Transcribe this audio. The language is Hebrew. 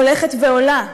הולכת ועולה.